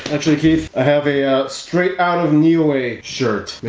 actually keith i have a straight out of new way shirt.